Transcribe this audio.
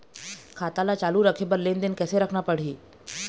खाता ला चालू रखे बर लेनदेन कैसे रखना पड़ही?